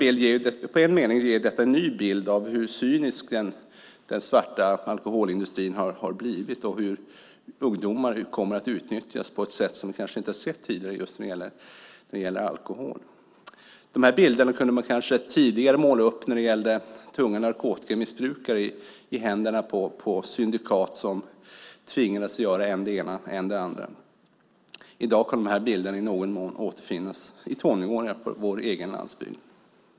I en mening ger detta en ny bild av hur cynisk den svarta alkoholindustrin har blivit och hur ungdomar kommer att utnyttjas på ett sätt som vi kanske inte har sett tidigare just när det gäller alkohol. De här bilderna kunde man kanske tidigare måla upp när det gäller tunga narkotikamissbrukare som i händerna på syndikat tvingades göra än det ena, än det andra. I dag kan bilderna i någon mån återfinnas när det gäller tonåringar på vår egen landsbygd.